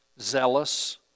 zealous